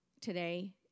Today